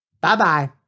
Bye-bye